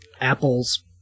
apples